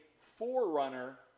forerunner